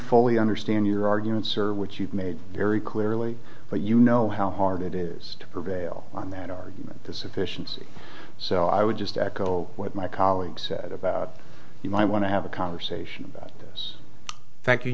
fully understand your arguments or which you've made very clearly but you know how hard it is to prevail on that argument to sufficiency so i would just echo what my colleague said about you might want to have a conversation about this